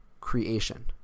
creation